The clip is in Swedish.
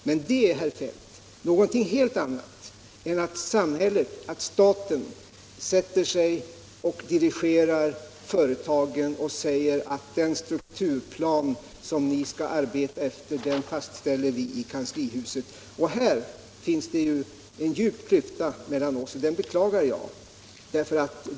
Men det är, herr Feldt, någonting helt annat än att staten dirigerar företagen och säger att den strukturplan som ni skall arbeta efter fastställer vi i kanslihuset. Här finns det en klyfta mellan oss, och det beklagar jag.